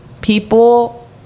people